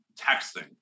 texting